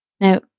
Now